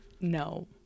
No